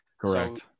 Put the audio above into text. Correct